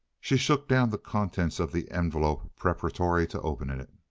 she shook down the contents of the envelope preparatory to opening it.